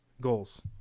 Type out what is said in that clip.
goals